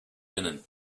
linen